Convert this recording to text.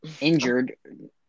injured